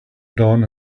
dawn